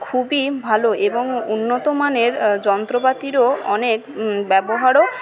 খুবই ভালো এবং উন্নতমানের যন্ত্রপাতিরও অনেক ব্যবহারও